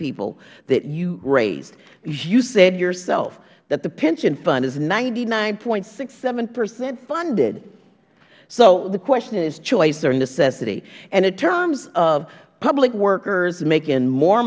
people that you raised you said yourself that the pension fund is ninety nine point six seven percent funded so the question is choice or necessity and in terms of public workers making more